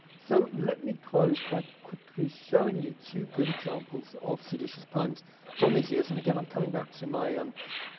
so, let me close by quickly showing you two good examples of seditious poems from these years and again i'm coming back to my um